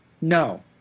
no